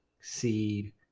seed